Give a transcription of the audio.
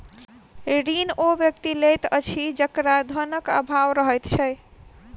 ऋण ओ व्यक्ति लैत अछि जकरा धनक आभाव रहैत छै